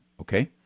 Okay